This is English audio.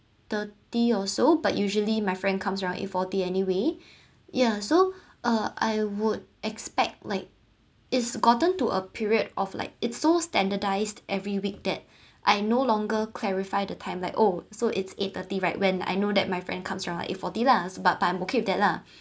thirty or so but usually my friend comes around eight forty anyway yeah so uh I would expect like it's gotten to a period of like it so standardised every week that I no longer clarify the time like oh so it's eight thirty right when I know that my friend comes around eight forty lah s~ but I'm okay with that lah